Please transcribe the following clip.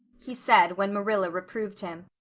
he said when marilla reproved him.